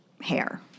hair